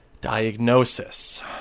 Diagnosis